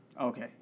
Okay